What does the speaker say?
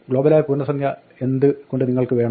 ഗ്ലോബലായ പൂർണ്ണസംഖ്യ എന്ത് കൊണ്ട് നിങ്ങൾക്ക് വേണം